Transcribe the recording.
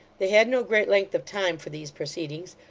they had no great length of time for these proceedings,